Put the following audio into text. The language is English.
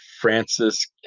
Francis